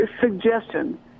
suggestion